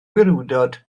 gwrywdod